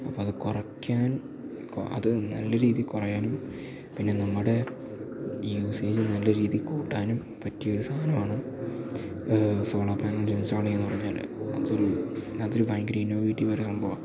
അപ്പോഴത് കുറയ്ക്കാൻ അത് നല്ല രീതിയില് കുറയാനും പിന്നെ നമ്മുടെ യൂസേജ് നല്ല രീതിയില് കൂട്ടാനും പറ്റിയൊരു സാധനമാണ് സോളർ പാനൽസ് ഇൻസ്റ്റാള് ചെയ്യുകയെന്ന് പറഞ്ഞാല് അതൊരു അതൊരു ഭയങ്കരം ഇനോവേറ്റീവ് ആയിട്ടുള്ള സംഭവമാണ്